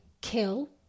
kill